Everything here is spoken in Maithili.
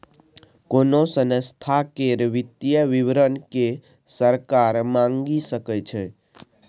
कोनो संस्था केर वित्तीय विवरण केँ सरकार मांगि सकै छै